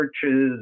churches